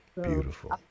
Beautiful